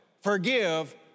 Forgive